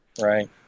Right